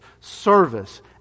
service